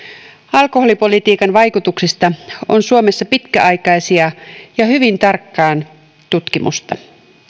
alkoholipolitiikan vaikutuksista on suomessa pitkäaikaista ja ja hyvin tarkkaa tutkimusta